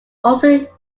also